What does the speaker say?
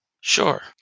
Sure